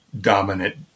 dominant